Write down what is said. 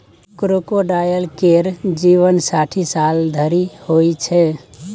crocodile केर जीबन साठि साल धरि होइ छै